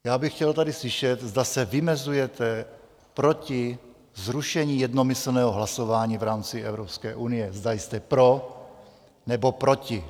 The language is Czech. Já bych chtěl tady slyšet, zda se vymezujete proti zrušení jednomyslného hlasování v rámci Evropské unie, zda jste pro, nebo proti.